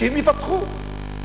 שהם יפתחו אותו.